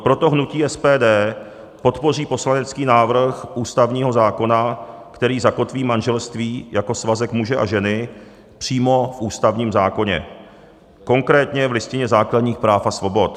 Proto hnutí SPD podpoří poslanecký návrh ústavního zákona, který zakotví manželství jako svazek muže a ženy přímo v ústavním zákoně, konkrétně v Listině základních práv a svobod.